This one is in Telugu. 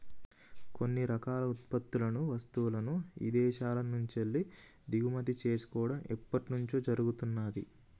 కొన్ని రకాల ఉత్పత్తులను, వస్తువులను ఇదేశాల నుంచెల్లి దిగుమతి చేసుకోడం ఎప్పట్నుంచో జరుగుతున్నాది